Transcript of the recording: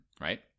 right